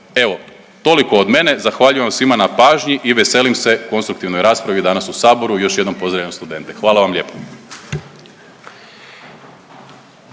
Evo toliko od mene, zahvaljujem vam svima na pažnji i veselim se konstruktivnoj raspravi danas u saboru i još jednom pozdravljam studente, hvala vam lijepo.